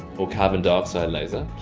or carbon dioxide laser,